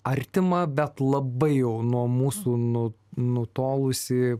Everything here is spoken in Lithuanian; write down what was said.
artimą bet labai jau nuo mūsų nu nutolusį